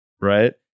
right